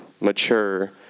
mature